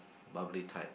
bubbly type